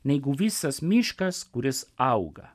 negu visas miškas kuris auga